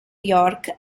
york